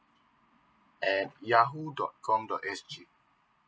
at yahoo dot com dot S G